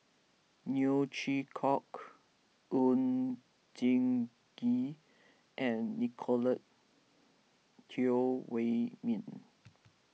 Neo Chwee Kok Oon Jin Gee and Nicolette Teo Wei Min